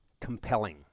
compelling